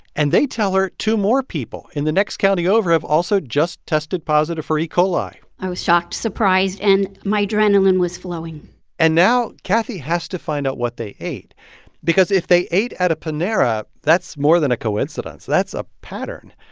and they tell her two more people in the next county over have also just tested positive for e. coli i was shocked, surprised, and my adrenaline was flowing and now kathy has to find out what they ate because if they ate at a panera, that's more than a coincidence. that's a pattern.